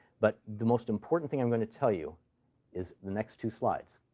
but the most important thing i'm going to tell you is the next two slides.